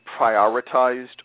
prioritized